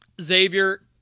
Xavier